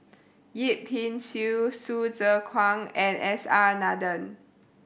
Yip Pin Xiu Hsu Tse Kwang and S R Nathan